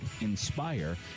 INSPIRE